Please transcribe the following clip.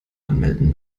anmelden